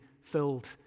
filled